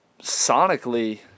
sonically